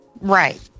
Right